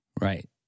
Right